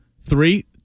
Three